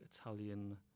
Italian